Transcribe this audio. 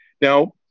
Now